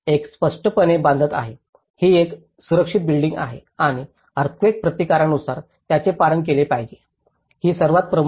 एक स्पष्टपणे बांधत आहे ही एक सुरक्षित बिल्डिंग आहे आणि अर्थक्वेक प्रतिकारानुसार त्याचे पालन केले पाहिजे ही सर्वात प्रमुख आहे